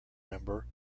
member